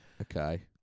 Okay